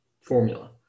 formula